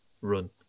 run